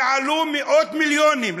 וזה עלה מאות מיליונים.